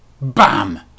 BAM